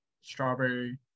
Strawberry